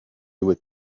with